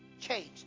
changed